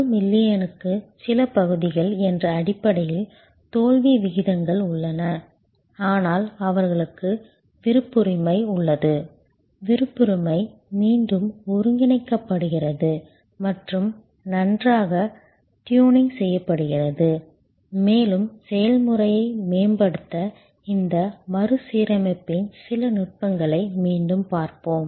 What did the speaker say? ஒரு மில்லியனுக்கு சில பகுதிகள் என்ற அடிப்படையில் தோல்வி விகிதங்கள் உள்ளன ஆனால் அவர்களுக்கு விருப்புரிமை உள்ளது விருப்புரிமை மீண்டும் ஒருங்கிணைக்கப்படுகிறது மற்றும் நன்றாக ட்யூனிங் செய்யப்படுகிறது மேலும் செயல்முறையை மேம்படுத்த இந்த மறுசீரமைப்பின் சில நுட்பங்களை மீண்டும் பார்ப்போம்